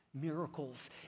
Miracles